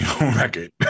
record